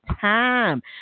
time